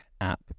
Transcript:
app